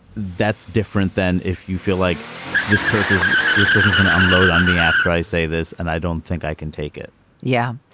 that's different than if you feel like this person is this person is going to unload on me after i say this and i don't think i can take it yeah.